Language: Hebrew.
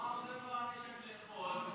מה עוזר לו הנשק לאכול?